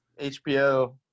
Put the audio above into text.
HBO